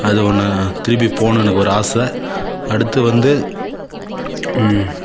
அது ஒன்று திருப்பி போகணுன்னு எனக்கு ஒரு ஆசை அடுத்து வந்து